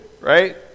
right